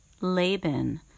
Laban